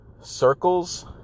circles